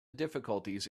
difficulties